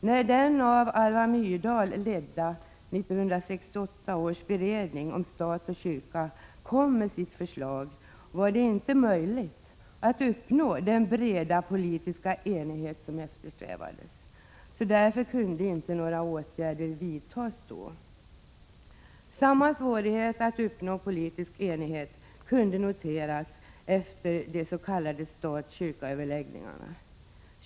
När den av Alva Myrdal ledda 1968 års beredning om stat och kyrka kom med sitt förslag var det inte möjligt att uppnå den breda politiska enighet som eftersträvades. Några åtgärder kunde därför då inte vidtas. Samma svårighet att uppnå politisk enighet kunde noteras efter de s.k. stat—kyrka-överläggningarna.